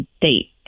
date